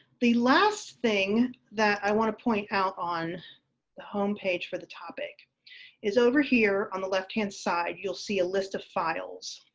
the last thing that i want to point out on the home page for the topic is over here on the lefthand side you'll see a list of files.